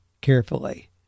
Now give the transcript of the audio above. carefully